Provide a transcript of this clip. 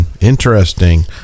Interesting